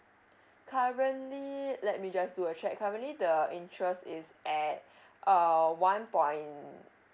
currently let me just do a check currently the interest is at uh one point